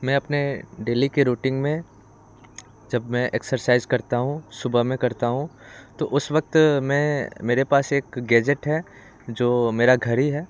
मैं अपने डेली के रूटिंग में जब मैं एक्सरसाइज करता हूँ सुबह में करता हूँ तो उस वक्त मैं मेरे पास एक गैजेट है जो मेरा घड़ी है